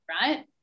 right